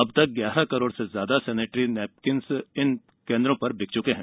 अब तक ग्यारह करोड से ज्यादा सेनिट्री नैपकिनस इन केन्द्रों पर बिक चुके हैं